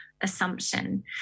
assumption